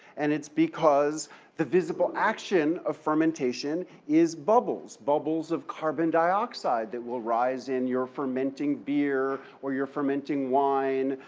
and it's because the visible action of fermentation is bubbles, bubbles of carbon dioxide that will rise in your fermenting beer or your fermenting wine.